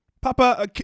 Papa